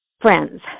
friends